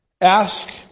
Ask